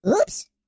Oops